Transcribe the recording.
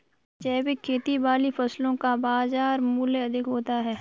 जैविक खेती वाली फसलों का बाजार मूल्य अधिक होता है